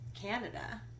Canada